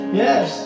yes